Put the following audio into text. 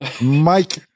mike